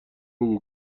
بگو